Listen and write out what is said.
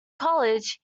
college